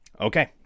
Okay